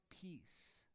peace